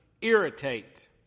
Irritate